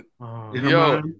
Yo